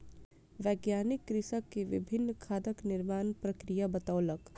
वैज्ञानिक कृषक के विभिन्न खादक निर्माण प्रक्रिया बतौलक